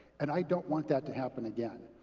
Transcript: and i don't want that to happen again,